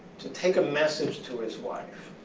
to take a message to his wife,